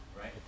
right